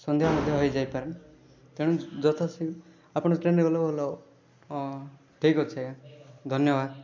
ସନ୍ଧ୍ୟା ମଧ୍ୟ ହେଇଯାଇପାରେ ତେଣୁ ଯଥା ଶୀଘ୍ର ଆପଣ ଟ୍ରେନ୍ରେ ଗଲେ ଭଲ ହେବ ହଁ ଠିକ ଅଛି ଧନ୍ୟବାଦ